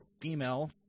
female